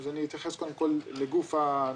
אז אני אתייחס קודם כל לגוף הנושא.